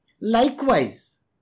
likewise